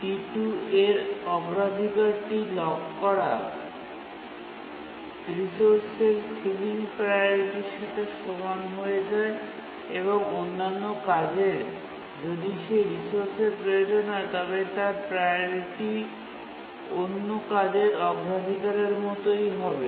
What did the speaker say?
T2 এর অগ্রাধিকারটি lock করা রিসোর্সের সিলিং প্রাওরিটির সাথে সমান হয়ে যায় এবং অন্যান্য কাজের যদি সেই রিসোর্সের প্রয়োজন হয় তবে তার প্রাওরিটি অন্য কাজের অগ্রাধিকারের মতোই হবে